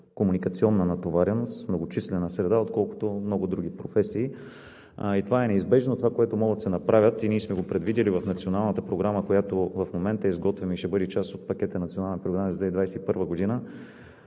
комуникационна натовареност, в многочислена среда, отколкото в много други професии и това е неизбежно. Това, което може да се направи, и ние сме го предвидили в Националната програма, която в момента изготвяме, и ще бъде част от пакета Национална програма за 2021 г., е насочено